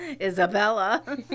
Isabella